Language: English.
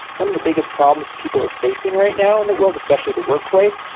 one of the biggest problems people are facing right now in the world, especially the workplace,